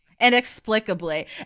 Inexplicably